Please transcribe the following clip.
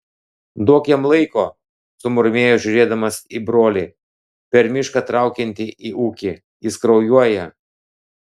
duok jam laiko sumurmėjo žiūrėdamas į brolį per mišką traukiantį į ūkį jis kraujuoja